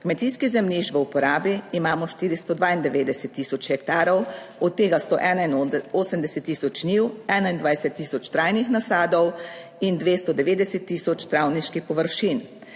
Kmetijskih zemljišč v uporabi imamo 492 tisoč hektarov, od tega 181 tisoč njiv, 21 tisoč trajnih nasadov in 290 tisoč travniških površin.